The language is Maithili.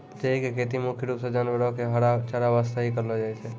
जई के खेती मुख्य रूप सॅ जानवरो के हरा चारा वास्तॅ हीं करलो जाय छै